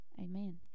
amen